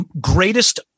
greatest